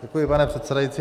Děkuji, pane předsedající.